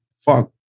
fuck